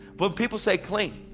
when people say clean,